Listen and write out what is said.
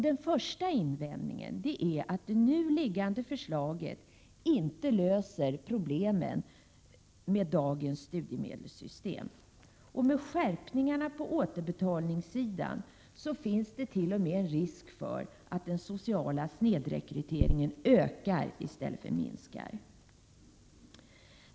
Den första invändningen är att det nu aktuella förslaget inte löser problemen med dagens studiemedelssystem. I och med skärpningarna på återbetalningssidan finns det t.o.m. en risk för att den sociala snedrekryteringen ökar i stället för minskar.